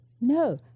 no